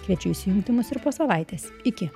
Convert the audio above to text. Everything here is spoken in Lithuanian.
kviečiu įsijungti mus ir po savaitės iki